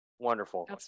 wonderful